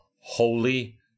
holy